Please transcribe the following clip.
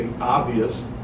obvious